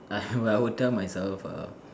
ah I would tell myself err